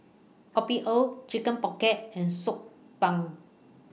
Kopi O Chicken Pocket and Soup